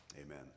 Amen